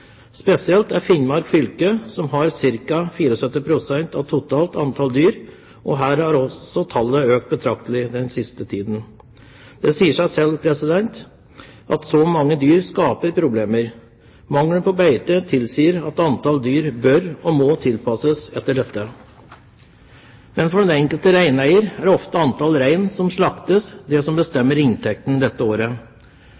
Spesielt er det i Finnmark fylke, som har ca. 74 pst. av totalt antall dyr, og her har også tallet økt betraktelig den siste tiden. Det sier seg selv at så mange dyr skaper problemer. Mangelen på beite tilsier at antall dyr bør og må tilpasses etter dette. Men for den enkelte reineier er ofte det antall rein som slaktes, det som